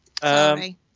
Sorry